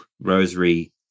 rosary